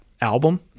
album